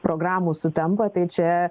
programų sutampa tai čia